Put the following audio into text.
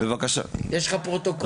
יש לך פרוטוקול?